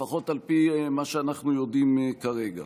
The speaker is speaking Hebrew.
לפחות לפי מה שאנחנו יודעים כרגע: